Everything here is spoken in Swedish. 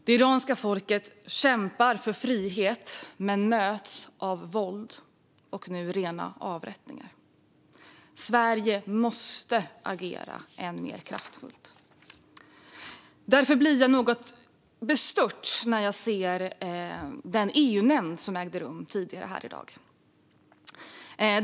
Det iranska folket kämpar för frihet men möts av våld och nu rena avrättningar. Sverige måste agera ännu mer kraftigt, och därför blev jag bestört när jag såg den EU-nämnd som ägde rum tidigare i dag.